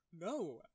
No